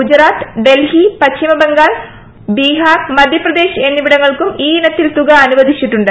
ഗുജറാത്ത് ഡൽഹി പശ്ചിമബംഗാൾ ഹോബിഹാർ മധ്യപ്രദേശ് എന്നിവിടങ്ങൾക്കും ഈയിനത്തിൽ തുക അനുവദിച്ചിട്ടുണ്ട്